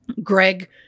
Greg